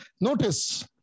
Notice